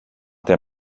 der